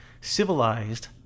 civilized